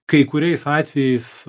kai kuriais atvejais